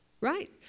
Right